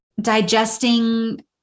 digesting